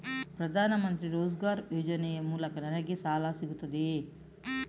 ಪ್ರದಾನ್ ಮಂತ್ರಿ ರೋಜ್ಗರ್ ಯೋಜನೆ ಮೂಲಕ ನನ್ಗೆ ಸಾಲ ಸಿಗುತ್ತದೆಯೇ?